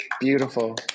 Beautiful